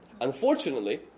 Unfortunately